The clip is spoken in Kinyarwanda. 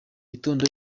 gitondo